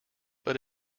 but